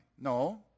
No